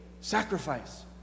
sacrifice